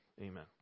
Amen